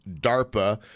DARPA